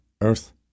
Earth